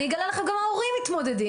ואני אגלה לכם: גם ההורים מתמודדים.